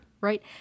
Right